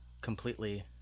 completely